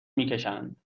میکشند